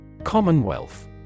commonwealth